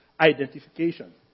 Identification